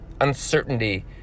uncertainty